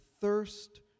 thirst